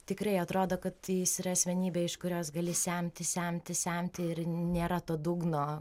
tikrai atrodo kad jis yra asmenybė iš kurios gali semti semti semti ir nėra to dugno